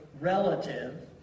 relative